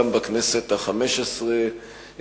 גם בכנסת החמש-עשרה,